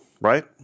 right